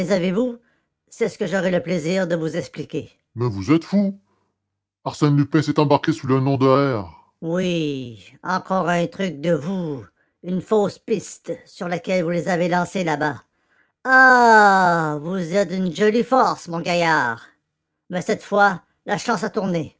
c'est ce que j'aurai le plaisir de vous expliquer mais vous êtes fou arsène lupin s'est embarqué sous le nom de r oui encore un truc de vous une fausse piste sur laquelle vous les avez lancés là-bas ah vous êtes d'une jolie force mon gaillard mais cette fois la chance a tourné